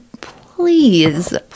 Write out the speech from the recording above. please